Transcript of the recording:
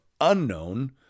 unknown